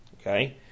Okay